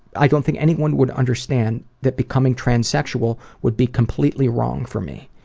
i don't think anyone would understand that becoming transsexual would be completely wrong for me.